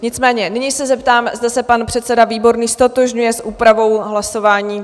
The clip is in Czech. Nicméně nyní se zeptám, zda se pan předseda Výborný ztotožňuje s úpravou hlasování?